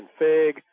config